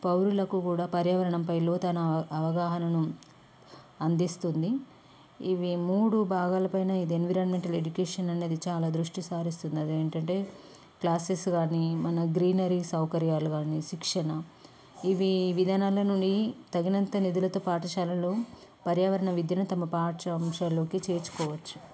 పౌరులకు కూడా పర్యావరణంపై లతైన అవగాహనను అందిస్తుంది ఇవి మూడు భాగాలపైన ఇది ఎన్విరాన్మెంటల్ ఎడ్యుకేషన్ అనేది చాలా దృష్టి సారిస్తుంది ఏంటంటే క్లాసెస్ కానీ మన గ్రీనరీ సౌకర్యాలు కానీ శిక్షణ ఇవి విధానాల నుండి తగినన్ని నిధులతో పాఠశాలలో పర్యావరణ విద్యను తమ పాఠ్యాంశాలలోకి చేర్చుకోవచ్చు